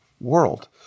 world